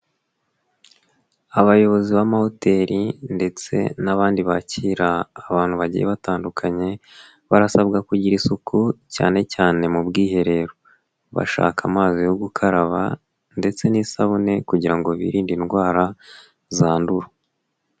Abayobozi b'amahoteri ndetse n'abandi bakira abantu bagiye batandukanye, barasabwa kugira isuku, cyane cyane mu bwiherero, bashaka amazi yo gukaraba ndetse n'isabune kugira ngo birinde indwara zandura.